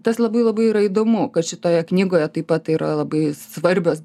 tas labai labai yra įdomu kad šitoje knygoje taip pat yra labai svarbios